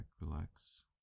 relax